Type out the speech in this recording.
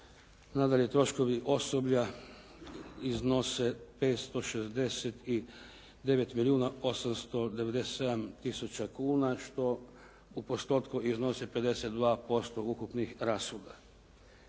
Nadalje, troškovi osoblja iznose 569 milijuna 897 tisuća kuna što u postotku iznose 52% ukupnih rashoda.